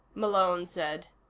malone said.